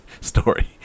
story